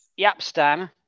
Yapstan